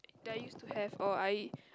that I use to have or I